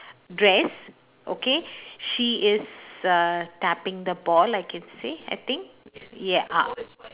dress okay she is uh tapping the ball I can say I think ye~ uh